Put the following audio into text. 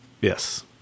Yes